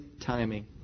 timing